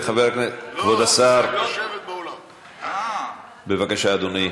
כבוד השר, בבקשה, אדוני.